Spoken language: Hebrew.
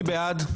מי בעד?